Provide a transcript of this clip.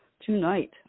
tonight